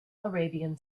arabian